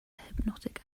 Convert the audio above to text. hypnotic